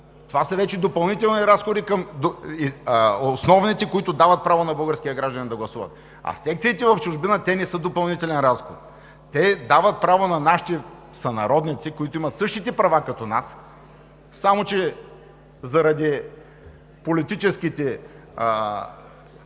Това са вече допълнителни разходи към основните, които дават право на българския гражданин да гласува. А секциите в чужбина не са допълнителен разход. Те дават право на нашите сънародници, които имат същите права като нас, само че заради политическите,